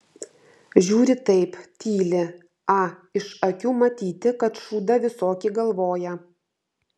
žiūri taip tyli a iš akių matyti kad šūdą visokį galvoja